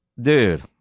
Dude